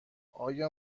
آیا